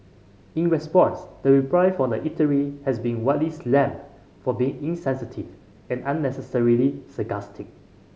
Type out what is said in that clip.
in response the reply from the eatery has been widely slammed for being insensitive and unnecessarily sarcastic